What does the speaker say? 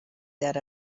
that